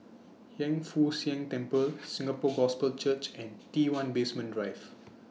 Hiang Foo Siang Temple Singapore Gospel Church and T one Basement Drive